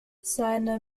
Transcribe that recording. seine